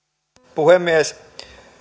puhemies